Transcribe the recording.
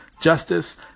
justice